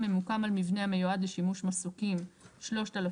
מנחת הממוקם על מבנה המיועד לשימוש מסוקים - 3,810.